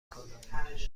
کنم